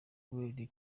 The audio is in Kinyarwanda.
yoweri